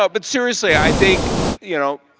ah but seriously, i think you know